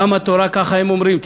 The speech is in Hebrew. ככה הם אומרים: